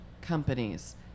companies